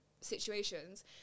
situations